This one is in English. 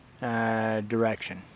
direction